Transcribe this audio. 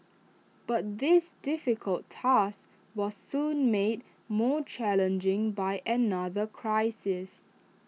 but this difficult task was soon made more challenging by another crisis